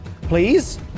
Please